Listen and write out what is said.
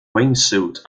wingsuit